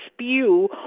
spew